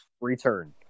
return